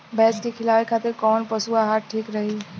भैंस के खिलावे खातिर कोवन पशु आहार ठीक रही?